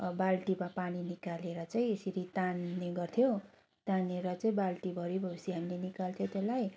बाल्टीमा पानी निकालेर चाहिँ यसरी तान्ने गर्थ्यौँ तानेर चाहिँ बाल्टीभरि भएपछि हामीले निकाल्थ्यौँ त्यसलाई